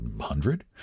hundred